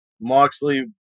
Moxley